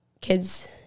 kids